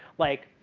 like,